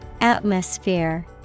Atmosphere